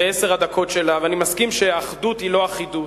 לעשר הדקות שלה, ואני מסכים שאחדות היא לא אחידות,